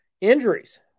injuries